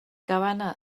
cabana